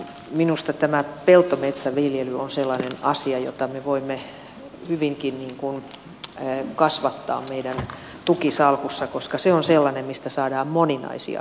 minusta tämä peltometsäviljely on sellainen asia jota me voimme hyvinkin kasvattaa meidän tukisalkussamme koska se on sellainen mistä saadaan moninaisia hyötyjä